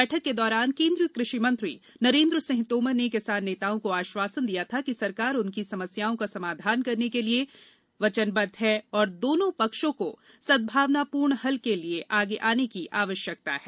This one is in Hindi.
बैठक के दौरान कृषि मंत्री नरेन्द्र सिंह तोमर ने किसान नेताओं को आश्वासन दिया था कि सरकार उनकी समस्याओं का समाधान करने के प्रति वचनबद्ध है और दोनों पक्षों को सद्भावपूर्ण हल के लिए आगे आने की आवश्यकता है